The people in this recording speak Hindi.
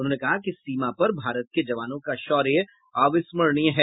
उन्होंने कहा कि सीमा पर भारत के जवानों का शौर्य अविस्मरणीय है